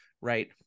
right